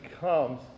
comes